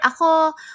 Ako